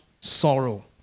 sorrow